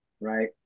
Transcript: right